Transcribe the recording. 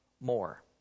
more